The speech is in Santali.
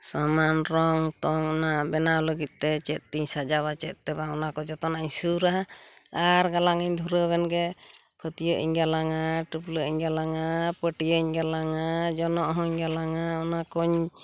ᱥᱟᱢᱟᱱ ᱨᱚᱝ ᱛᱚᱝ ᱚᱱᱟ ᱵᱮᱱᱟᱣ ᱞᱟᱹᱜᱤᱫ ᱛᱮ ᱪᱮᱫ ᱛᱤᱧ ᱥᱟᱡᱟᱣᱟ ᱪᱮᱫ ᱛᱮ ᱵᱟᱝ ᱚᱱᱟ ᱠᱚ ᱡᱚᱛᱚᱣᱟᱜ ᱤᱧ ᱥᱩᱨᱟ ᱟᱨ ᱜᱟᱞᱟᱝᱤᱧ ᱫᱷᱩᱨᱟᱹᱣᱮᱱ ᱜᱮ ᱯᱷᱟᱹᱛᱤᱭᱟᱹᱜ ᱤᱧ ᱜᱟᱞᱟᱝᱟ ᱴᱩᱯᱞᱟᱹᱜ ᱤᱧ ᱜᱟᱞᱟᱝᱟ ᱯᱟᱹᱴᱤᱭᱟᱹᱧ ᱜᱟᱞᱟᱝᱟ ᱡᱚᱱᱚᱜ ᱦᱚᱸᱧ ᱜᱟᱞᱟᱝᱟ ᱚᱱᱟᱠᱚᱧ